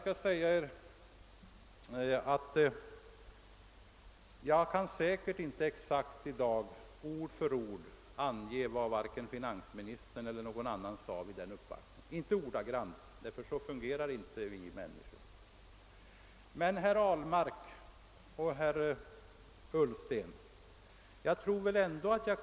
Självfallet kan jag inte nu ord för ord exakt återge vad finansministern eller någon annan sade vid den uppvaktningen. Jag kan inte göra det ordagrant, eftersom vi människor inte fungerar på det sättet att vi minns allt exakt.